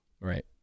Right